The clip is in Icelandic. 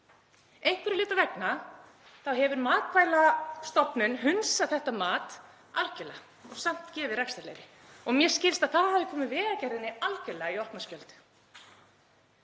Einhverra hluta vegna hefur Matvælastofnun hunsað þetta mat algerlega og samt gefið út rekstrarleyfi og mér skilst að það hafi komið Vegagerðinni algerlega í opna skjöldu.